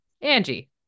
Angie